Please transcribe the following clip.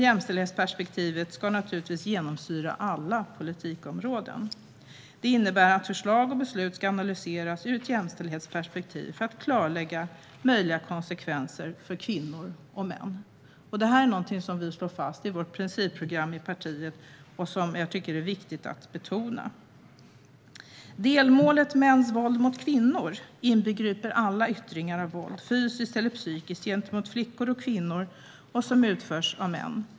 Jämställdhetsperspektivet ska naturligtvis genomsyra alla politikområden, vilket innebär att förslag och beslut ska analyseras ur ett jämställdhetsperspektiv för att klarlägga möjliga konsekvenser för kvinnor och män. Det här är någonting som vi slår fast i Kristdemokraternas principprogram och som jag tycker är viktigt att betona. Delmålet mäns våld mot kvinnor inbegriper alla yttringar av våld, fysiskt eller psykiskt, gentemot flickor och kvinnor som utförs av män.